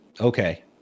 Okay